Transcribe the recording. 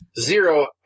zero